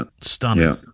Stunning